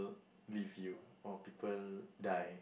leave you or people die